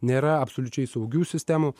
nėra absoliučiai saugių sistemų